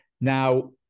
Now